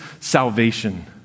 salvation